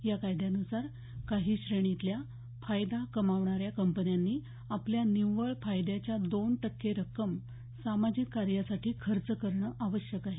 या कायद्यानुसार काही श्रेणीतल्या फायदा कमावणाऱ्या कंपन्यांनी आपल्या निव्वळ फायद्याच्या दोन टक्के रक्कम सामाजिक कार्यासाठी खर्च करणं आवश्यक आहे